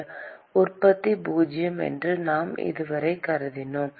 வெப்ப உற்பத்தி பூஜ்ஜியம் என்று நாம் இதுவரை கருதினோம்